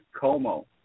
Como